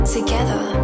Together